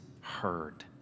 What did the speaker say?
heard